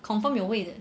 confirm 有位的